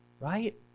Right